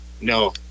No